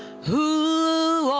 who